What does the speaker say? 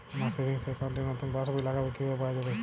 আমার savings account র নতুন পাসবই লাগবে কিভাবে পাওয়া যাবে?